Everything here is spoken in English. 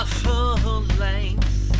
full-length